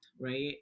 right